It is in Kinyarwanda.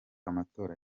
amatora